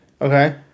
Okay